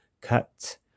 cut